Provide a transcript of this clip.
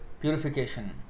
purification